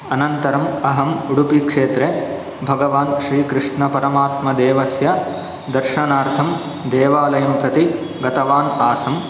अनन्तरम् अहम् उडुपिक्षेत्रे भगवान् श्रीकृष्णपरमात्मदेवस्य दर्शनार्थं देवालयं प्रति गतवान् आसम्